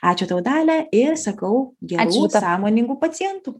ačiū tau dalia ir sakau gerų sąmoningų pacientų